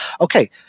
okay